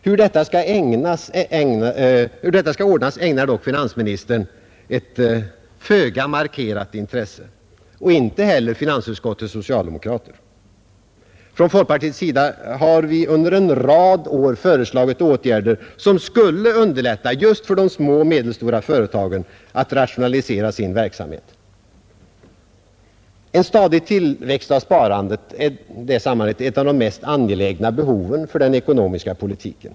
Hur detta skall ordnas ägnar varken finansministern eller finansutskottets socialdemokrater något markerat intresse. Från folkpartiets sida har vi under en rad år föreslagit åtgärder som skulle underlätta just för de små och medelstora företagen att rationalisera sin verksamhet. En stadig tillväxt av sparandet är i det sammanhanget ett av de mest angelägna behoven inom den ekonomiska politiken.